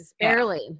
barely